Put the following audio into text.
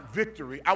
victory